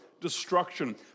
destruction